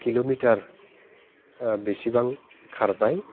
kilometre बेसेबां खारबाय